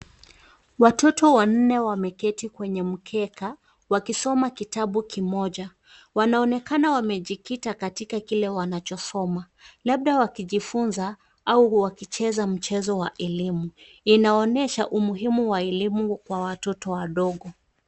Watoto wanne wameketi kwenye mkeka wakisoma kitabu kimoja wanaonekana wamejikita katika kile wanachosoma labda wakijifunza au wakicheza mchezo wa elimu inaonesha umuhimu wa elimu kwa watoto wadogo.